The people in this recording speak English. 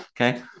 Okay